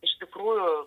iš tikrųjų